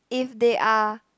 if they are